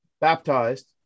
baptized